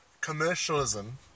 commercialism